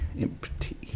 Empty